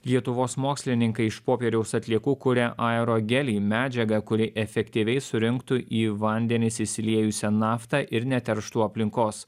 lietuvos mokslininkai iš popieriaus atliekų kuria aerogelį medžiagą kuri efektyviai surinktų į vandenis išsiliejusią naftą ir neterštų aplinkos